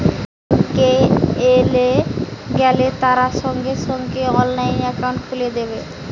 bank এ গেলে তারা সঙ্গে সঙ্গে অনলাইনে একাউন্ট খুলে দেবে